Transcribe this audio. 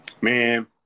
Man